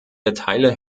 erteile